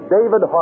David